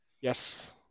Yes